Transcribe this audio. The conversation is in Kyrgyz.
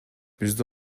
бизде